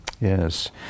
Yes